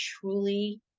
truly